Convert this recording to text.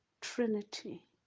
Trinity